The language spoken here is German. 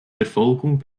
verfolgung